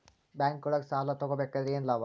ಬ್ಯಾಂಕ್ನೊಳಗ್ ಸಾಲ ತಗೊಬೇಕಾದ್ರೆ ಏನ್ ಲಾಭ?